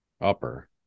upper